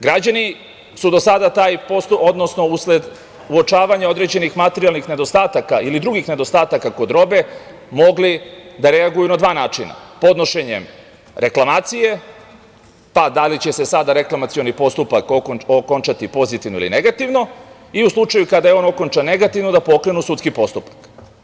Građani su do sada taj postupak, odnosno usled uočavanja određenih materijalnih nedostataka ili drugih nedostataka kod robe, mogli da reaguju na dva načina, podnošenjem reklamacije, pa da li će se sada reklamacioni postupak okončati pozitivno ili negativno i u slučaju kada je on okončan negativno da pokrenu sudski postupak.